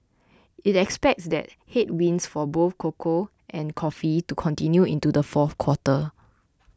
it expects these headwinds for both cocoa and coffee to continue into the fourth quarter